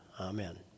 Amen